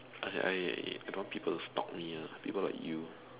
I I don't want people to stalk me ah people like you